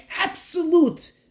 absolute